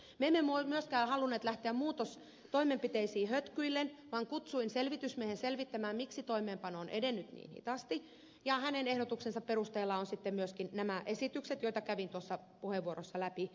me emme ole myöskään halunneet lähteä muutostoimenpiteisiin hötkyillen vaan kutsuin selvitysmiehen selvittämään miksi toimeenpano on edennyt niin hitaasti ja hänen ehdotuksensa perusteella on sitten myöskin tehty nämä esitykset joita kävin tuossa puheenvuorossani läpi